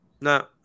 no